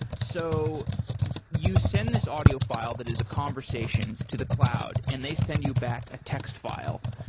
so you send this audio file that is a conversation to the cloud and they send you back a text file.